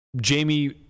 Jamie